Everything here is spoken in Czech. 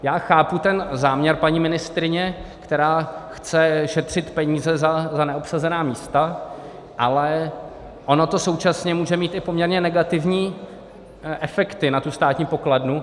Já chápu ten záměr paní ministryně, která chce šetřit peníze za neobsazená místa, ale ono to současně může mít i poměrně negativní efekty na státní pokladnu.